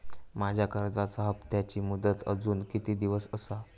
माझ्या कर्जाचा हप्ताची मुदत अजून किती दिवस असा?